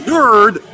Nerd